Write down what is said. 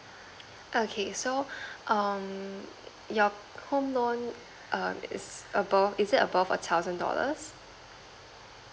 okay so um your home loan err is above is it above a thousand dollars